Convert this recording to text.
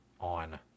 on